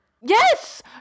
Yes